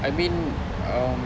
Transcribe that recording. I mean um